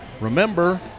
Remember